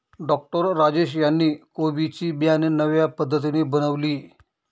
doctor Rajesh यांनी कोबी ची बियाणे नव्या पद्धतीने बनवली